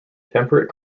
temperate